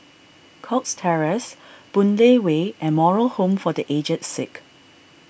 Cox Terrace Boon Lay Way and Moral Home for the Aged Sick